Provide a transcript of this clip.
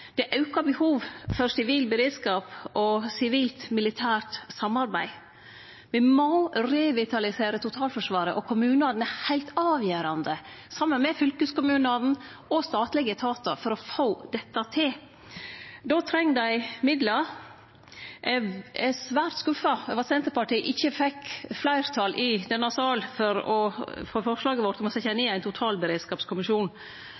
Det er auka behov for sivil beredskap og sivilt-militært samarbeid. Me må revitalisere totalforsvaret, og kommunane er heilt avgjerande, saman med fylkeskommunane og statlege etatar, for å få dette til. Då treng dei midlar. Eg er svært skuffa over at Senterpartiet ikkje fekk fleirtal i denne salen for forslaget sitt om å setje